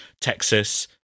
Texas